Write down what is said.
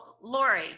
Lori